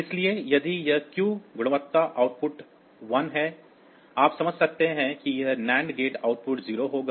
इसलिए यदि यह Q गुणवत्ता आउटपुट 1 है आप समझ सकते हैं कि यह NAND गेट आउटपुट 0 होगा